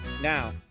Now